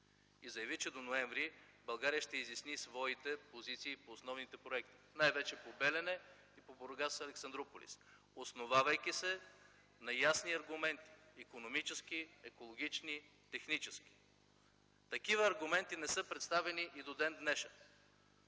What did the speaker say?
и заяви, че до ноември България ще изясни своите позиции по основните проекти – най-вече по „Белене” и „Бургас-Александруполис”, основавайки се на ясни аргументи – икономически, екологични, технически. Такива аргументи не са представени и до ден днешен.